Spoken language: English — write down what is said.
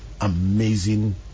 amazing